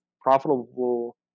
profitable